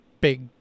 big